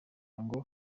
ngo